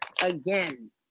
again